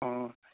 ꯑꯣ